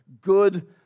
good